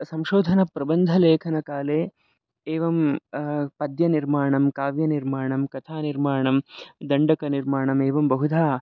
संशोधन प्रबन्धलेखनकाले एवं पद्यनिर्माणं काव्यनिर्माणं कथानिर्माणं दण्डकनिर्माणम् एवं बहुधा